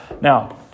Now